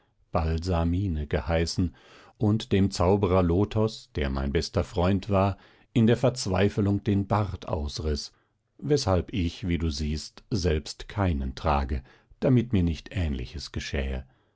balsamine geheißen und dem zauberer lothos der mein bester freund war in der verzweiflung den bart ausriß weshalb ich wie du siehst selbst keinen trage damit mir nicht ähnliches geschähe